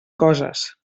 coses